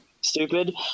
stupid